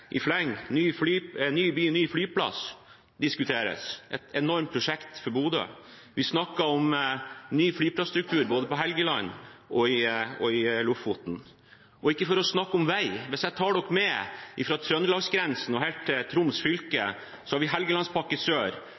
i fleng: Ny flyplass diskuteres – et enormt prosjekt for Bodø. Vi snakker om ny flyplass-struktur både på Helgeland og i Lofoten. For ikke å snakke om vei – hvis jeg tar dere med fra Trøndelags-grensen og helt til Troms fylke, har vi Helgelandspakke Sør